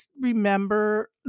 remember